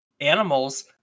animals